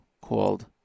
called